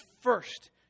first